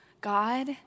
God